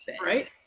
Right